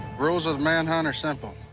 rules of the manhunt are simple,